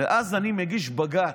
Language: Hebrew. ואז אני מגיש בג"ץ,